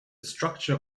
structure